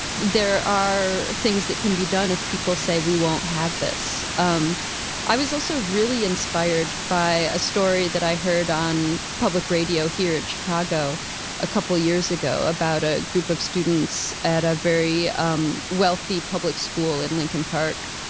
there are things that can be done if people say, we won't have this. um i was also really inspired by a story that i heard on public radio here in chicago a couple years ago about a group of students at a very um wealthy public school in lincoln park.